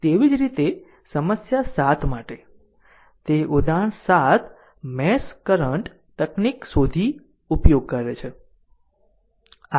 તેવી જ રીતે સમસ્યા 7 માટે તે ઉદાહરણ 7 મેશ કરંટ તકનીક શોધી ઉપયોગ કરે છે i